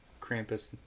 Krampus